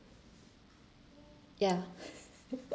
ya